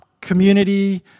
community